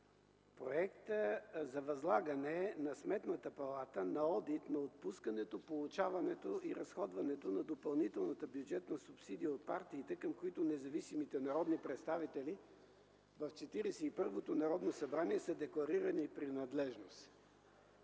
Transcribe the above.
Проект за възлагане на Сметната палата на одит на отпускането, получаването и разходването на допълнителната бюджетна субсидия от партиите, към които независимите народни представители в Четиридесет и първото Народно събрание са декларирали принадлежност.